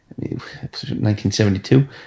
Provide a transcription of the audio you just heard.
1972